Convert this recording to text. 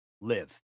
live